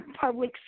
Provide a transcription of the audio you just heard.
public